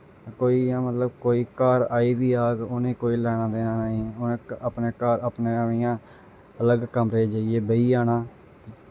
कोई इ'यां मतलब कोई घर आई बी जाग उ'नेंगी कोई लैना देना नेईं उ'नें अपने घर अपने इ'यां अलग कमरे च जाइयै बेही जाना